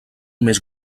més